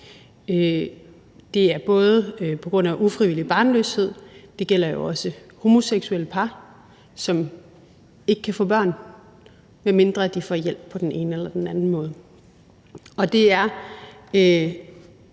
Det er både på grund af ufrivillig barnløshed, og det gælder jo også homoseksuelle par, som ikke kan få børn, medmindre de får hjælp på den ene eller den anden måde, og det er